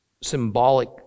symbolic